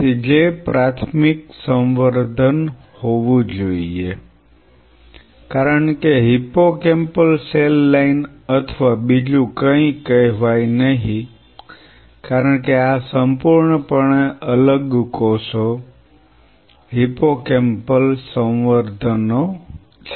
તેથી જે પ્રાથમિક સંવર્ધન હોવી જોઈએ કારણ કે હિપ્પોકેમ્પલ સેલ લાઈન અથવા બીજું કંઈ કહેવાય નહીં કારણ કે આ સંપૂર્ણપણે અલગ કોષો હિપ્પોકેમ્પલ સંવર્ધન ઓ છે